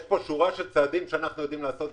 יש שורה של צעדים שאנחנו יודעים לעשות,